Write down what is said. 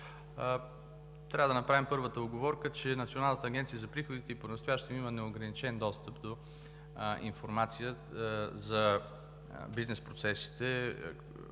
Трябва да направим първата уговорка, че Националната агенция за приходите и понастоящем има неограничен достъп до информация за бизнес процесите